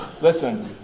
Listen